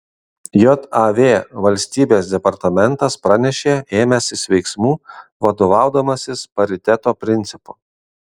jav valstybės departamentas pranešė ėmęsis veiksmų vadovaudamasis pariteto principu